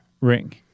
ring